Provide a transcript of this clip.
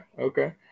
okay